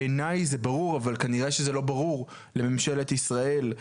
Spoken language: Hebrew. בעיניי זה ברור אבל כנראה שזה לא ברור לממשלת ישראל,